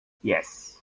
yes